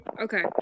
Okay